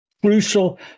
crucial